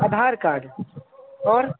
आधारकार्ड आओर